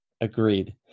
Agreed